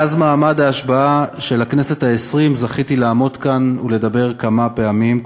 מאז מעמד ההשבעה של הכנסת העשרים זכיתי לעמוד כאן ולדבר כמה פעמים,